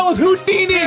hoot-dini!